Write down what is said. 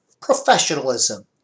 professionalism